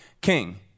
king